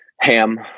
Ham